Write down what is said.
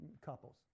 couples